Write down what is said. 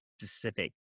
specific